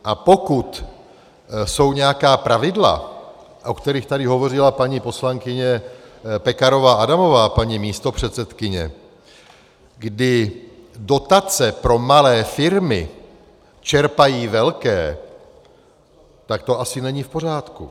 A pokud jsou nějaká pravidla, o kterých tady hovořila paní poslankyně Pekarová Adamová, paní místopředsedkyně, kdy dotace pro malé firmy čerpají velké, tak to asi není v pořádku.